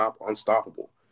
unstoppable